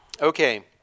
Okay